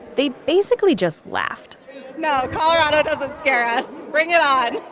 they basically just laughed no, colorado doesn't scare us. bring it on.